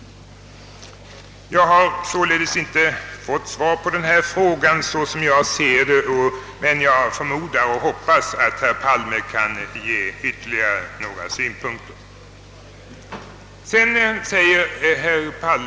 Jag har således inte fått svar på denna min fråga såsom jag ser den, men jag förmodar och hoppas att herr Palme kan ge ytterligare några synpunkter på frågan.